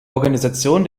organisation